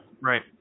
Right